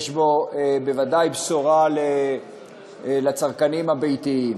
יש בו בוודאי בשורה לצרכנים הביתיים.